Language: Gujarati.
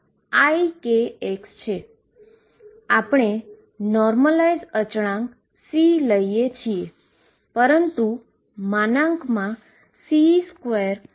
હવે આપણે નોર્મલાઈઝ કોન્સટન્ટ C છે